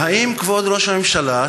והאם כבוד ראש הממשלה,